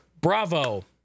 bravo